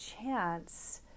chance